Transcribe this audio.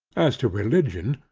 as to religion,